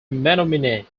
menominee